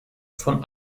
von